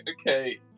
okay